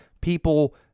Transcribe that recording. people